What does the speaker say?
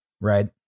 Right